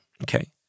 okay